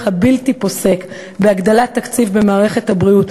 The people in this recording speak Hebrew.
הבלתי-פוסק בהגדלת תקציב במערכת הבריאות,